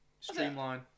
streamline